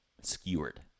Skewered